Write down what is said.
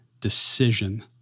decision